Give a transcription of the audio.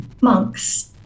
Monks